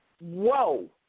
whoa